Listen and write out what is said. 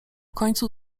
końcu